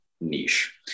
niche